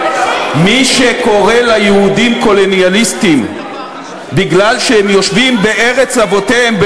מי שקורא ליהודים "קולוניאליסטים" מפני שהם יושבים בארץ אבותיהם,